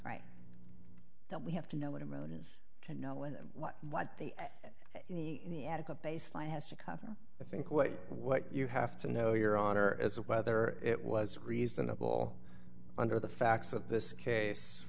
right that we have to know what a road is to know when and what what the in the attic of baseline has to cover i think what what you have to know your honor is whether it was reasonable under the facts of this case